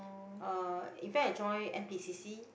uh in fact I join n_p_c_c